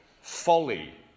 folly